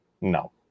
No